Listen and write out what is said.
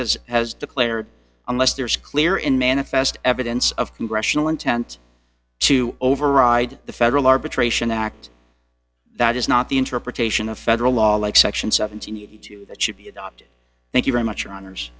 has has declared unless there is clear in manifest evidence of congressional intent to override the federal arbitration act that is not the interpretation of federal law like section seventeen the two that should be adopted thank you very much your hono